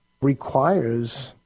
requires